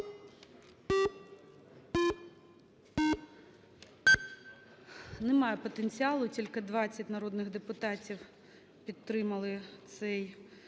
Немає потенціалу, тільки 20 народних депутатів підтримали цей запит.